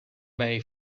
bay